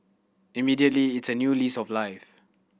immediately it's a new lease of life